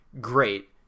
great